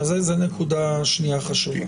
זו נקודה שנייה חשובה.